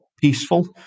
peaceful